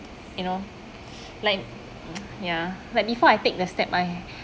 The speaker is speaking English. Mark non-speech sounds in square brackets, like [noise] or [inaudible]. you know [breath] like [noise] ya like before I take the step I